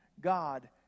God